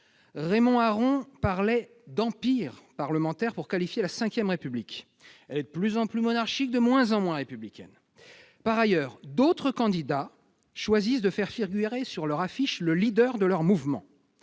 Raymond Aron parlait d'« empire parlementaire » pour qualifier la V République. Elle est de plus en plus monarchique, de moins en moins républicaine. Par ailleurs, d'autres candidats choisissent de faire figurer sur leur affiche le leader de leur mouvement.